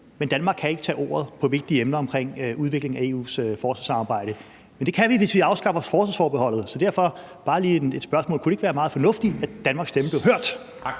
men Danmark kan ikke tage ordet på vigtige emner omkring udviklingen af EU's forsvarssamarbejde. Men det kan vi, hvis vi afskaffer forsvarsforbeholdet, så derfor bare lige et spørgsmål: Kunne det ikke være meget fornuftigt, at Danmarks stemme blev hørt?